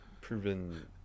proven